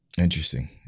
Interesting